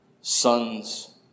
sons